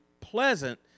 pleasant